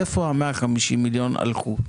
איפה ה-150 מיליון הלכו?